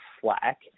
flack